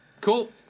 Cool